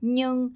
Nhưng